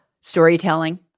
Storytelling